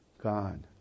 God